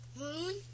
Moon